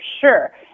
sure